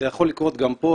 זה יכול לקרות גם פה.